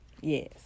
Yes